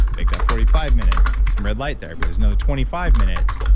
make that forty five minutes, some red light therapy, there's another twenty five minutes.